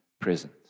present